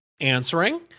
answering